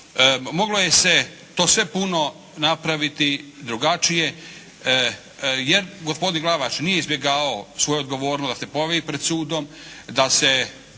Moglo je se to sve puno napraviti drugačije. Gospodin Glavaš nije izbjegavao svoju odgovornost da se pojavi pred sudom, da se